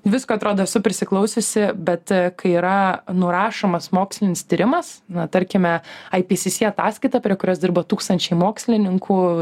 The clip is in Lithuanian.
visko atrodo esu prisiklausiusi bet kai yra nurašomas mokslinis tyrimas na tarkime aipisisie ataskaita prie kurios dirba tūkstančiai mokslininkų